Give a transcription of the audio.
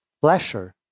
pleasure